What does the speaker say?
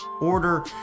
order